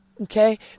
okay